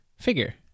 figure